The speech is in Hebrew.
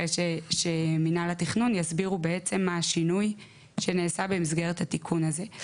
אחרי שמינהל התכנון יסבירו בעצם מה השינוי שנעשה במסגרת התיקון הזה.